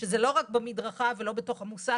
שזה לא רק במדרכה ולא רק בתוך המוסך,